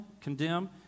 condemn